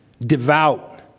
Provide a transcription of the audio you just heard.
devout